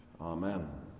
Amen